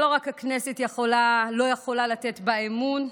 שלא רק הכנסת לא יכולה לתת בה אמון,